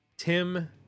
Tim